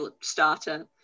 starter